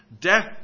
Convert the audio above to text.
Death